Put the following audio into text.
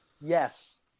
Yes